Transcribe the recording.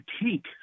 critique